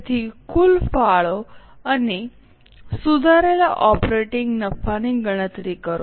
તેથી કુલ ફાળો અને સુધારેલા ઓપરેટીંગ નફાની ગણતરી કરો